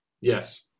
Yes